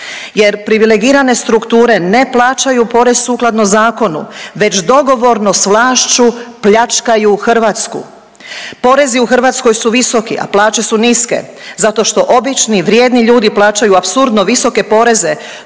jer privilegirane strukture ne plaćaju porez sukladno zakonu već dogovorno s vlašću pljačkaju Hrvatsku. Porezi u Hrvatskoj su visoki, a plaće su niske zato što obični, vrijedni ljudi plaćaju apsurdno visoke poreze